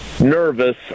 nervous